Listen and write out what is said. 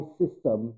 system